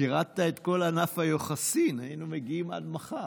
פירטת את כל ענף היוחסין, היינו מגיעים עד מחר.